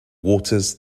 waters